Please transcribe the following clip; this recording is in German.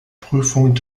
prüfung